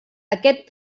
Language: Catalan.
aquest